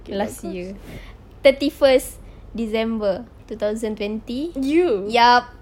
last year thirty first december two thousand twenty yup